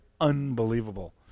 unbelievable